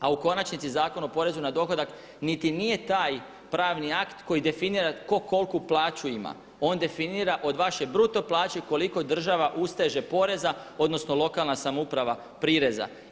A u konačnici Zakon o porezu na dohodak niti nije taj pravni akti koji definira tko koliku plaću ima, on definira od vaše bruto plaće koliko država usteže poreza odnosno lokalna samouprava prireza.